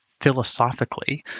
philosophically